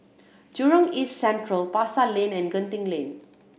Jurong East Central Pasar Lane and Genting Lane